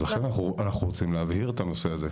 אבל לכן אנחנו רוצים להבהיר את הנושא הזה,